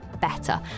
better